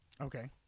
Okay